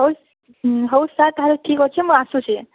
ହଉ ହଉ ସାର୍ ତା'ହେଲେ ଠିକ୍ ଅଛି ମୁଁ ଆସୁଛି